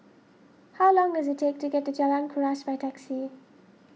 how long does it take to get to Jalan Kuras by taxi